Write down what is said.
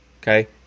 okay